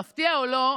מפתיע או לא,